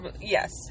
Yes